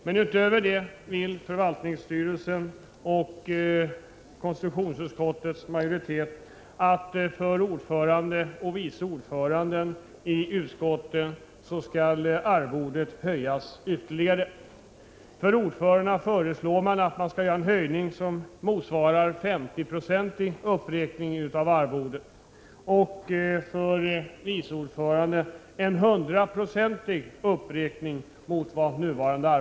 Men utöver detta vill förvaltningsstyrelsen och konstitutionsutskottets majoritet att arvodet för ordförande och vice ordförande i utskotten skall höjas ytterligare. För ordföranden föreslår man en 50-procentig uppräkning av det nuvarande arvodet och för vice ordföranden en 100-procentig uppräkning.